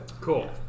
Cool